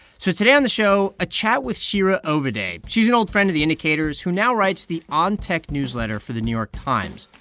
so today on the show, a chat with shira ovide. she's she's an old friend of the indicator's who now writes the on tech newsletter for the new york times,